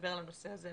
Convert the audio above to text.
לדבר על הנושא הזה,